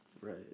right